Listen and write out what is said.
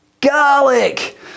garlic